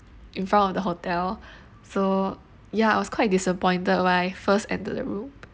in front of the hotel so ya I was quite disappointed when I first entered the room